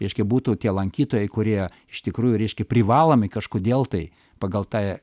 reiškia būtų tie lankytojai kurie iš tikrųjų reiškia privalomi kažkodėl tai pagal tą